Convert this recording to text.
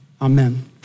Amen